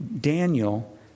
Daniel